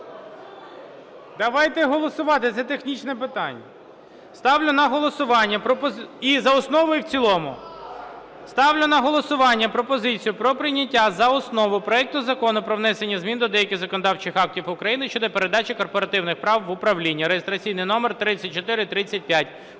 І за основу, і в цілому? Ставлю на голосування пропозицію про прийняття за основу проект Закону про внесення змін до деяких законодавчих актів України щодо передачі корпоративних прав в управління (реєстраційний номер 3435).